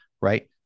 right